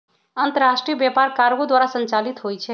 अंतरराष्ट्रीय व्यापार कार्गो द्वारा संचालित होइ छइ